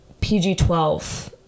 PG-12